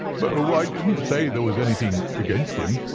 but oh, i didn't say there was anything against him.